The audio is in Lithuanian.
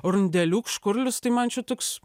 rudeliukš škurlius tai man šitoks